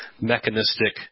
mechanistic